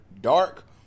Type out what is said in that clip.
dark